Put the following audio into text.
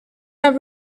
have